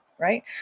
right